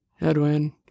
Edwin